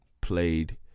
played